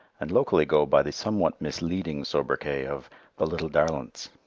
and locally go by the somewhat misleading soubriquet of the little darlints.